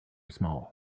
small